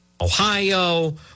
Ohio